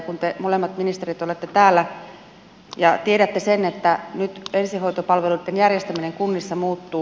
te molemmat ministerit olette täällä ja tiedätte että nyt ensihoitopalveluitten järjestäminen kunnissa muuttuu